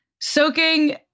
Soaking